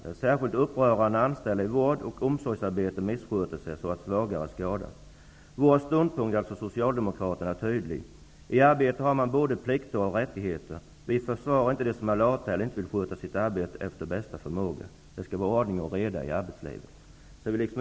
Det är särskilt upprörande när anställda i vård och omsorgsarbete missköter sig så att svagare skadas. Vår ståndpunkt är tydlig. I arbetet har man både plikter och rättigheter. Vi försvarar inte dem som är lata eller inte vill sköta sitt arbete efter bästa förmåga. Det skall vara ordning och reda i arbetslivet.''